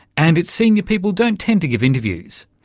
and its senior people don't tend to give interviews,